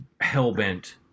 hell-bent